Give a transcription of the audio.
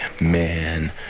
man